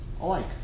alike